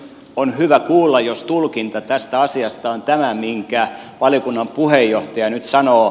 on hyvä kuulla jos tulkinta tästä asiasta on tämä minkä valiokunnan puheenjohtaja nyt sanoo